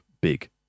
big